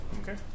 okay